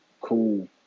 Cool